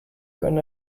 going